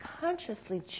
consciously